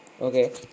Okay